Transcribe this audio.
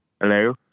Hello